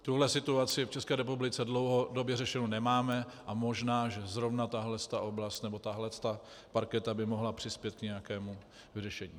Tuhle situaci v České republice dlouhodobě řešenu nemáme a možná že zrovna tahle oblast nebo tahle parketa by mohla přispět k nějakému řešení.